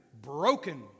broken